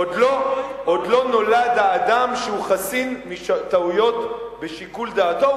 עוד לא נולד האדם שהוא חסין מטעויות בשיקול דעתו,